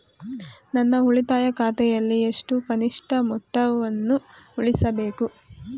ನನ್ನ ಉಳಿತಾಯ ಖಾತೆಯಲ್ಲಿ ಎಷ್ಟು ಕನಿಷ್ಠ ಮೊತ್ತವನ್ನು ಉಳಿಸಬೇಕು?